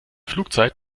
flugzeit